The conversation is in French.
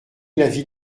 l’avis